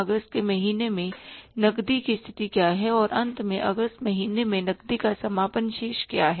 अगस्त के महीने में नकदी की स्थिति क्या है और अंत में क्या है अगस्त महीने में नकदी का समापन शेष क्या है